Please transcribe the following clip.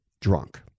drunk